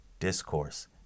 discourse